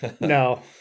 no